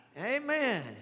Amen